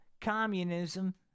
communism